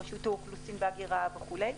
רשות האוכלוסין וההגירה וכולי.